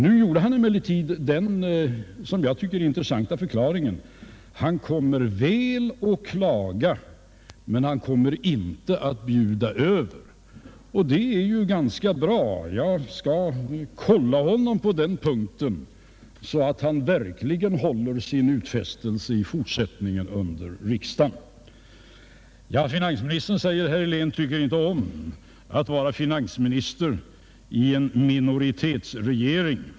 Han gjorde emellertid en enligt min mening intressant förklaring, att han väl kommer att klaga men absolut inte bjuda över. Det är ganska bra! Jag skall kolla honom på den punkten, så att han verkligen håller sin utfästelse under fortsättningen av riksdagen. Herr Helén säger att finansministern inte tycker om att vara finansminister i en minoritetsregering.